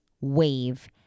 wave